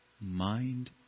mind